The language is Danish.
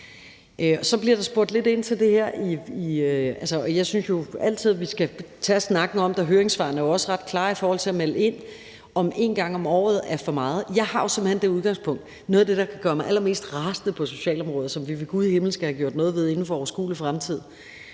Jeg synes jo altid, vi skal tage snakken om det, og høringssvarene er også ret klare i forhold til at melde ud om, at en gang om året er for meget. Noget af det, der kan gøre mig allermest rasende på socialområdet, og som vi ved gud i himlen skal have gjort noget ved inden for en overskuelig fremtid,